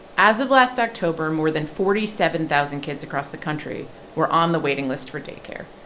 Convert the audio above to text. as of last october, more than forty seven thousand kids across the country were on the waiting list for day care.